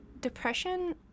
depression